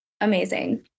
amazing